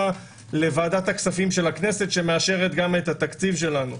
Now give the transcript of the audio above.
לוועדת הכספים של הכנסת שגם מאשרת את התקציב שלנו.